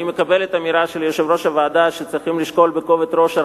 אני מקבל את האמירה של יושב-ראש הוועדה שצריכים לשקול בכובד ראש,